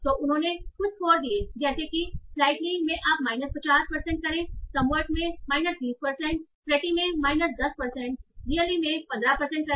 तो उन्होंने कुछ स्कोर दिए जैसे कि स्लाइटली मे आप माइनस 50 परसेंट करें समव्हाट में माइनस 30 परसेंट प्रीटी में माइनस 10 परसेंट रियली में 15 परसेंट करें